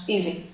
Easy